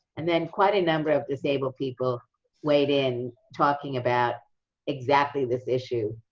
and then quite a number of disabled people weighed in talking about exactly this issue.